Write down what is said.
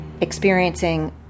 experiencing